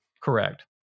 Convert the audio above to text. Correct